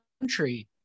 country